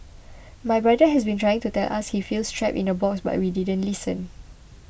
my brother has been trying to tell us he feels trapped in a box but we didn't listen